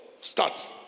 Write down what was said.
starts